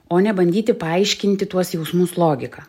o ne bandyti paaiškinti tuos jausmus logika